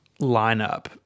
lineup